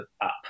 up